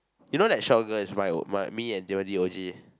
you know that short girl is my my me and Timothy O_G